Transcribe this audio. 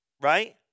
Right